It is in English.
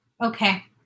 Okay